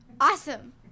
Awesome